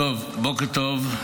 בוקר טוב.